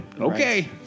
Okay